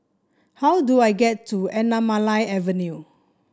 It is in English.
how do I get to Anamalai Avenue